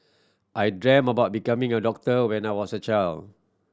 I dreamt about becoming a doctor when I was a child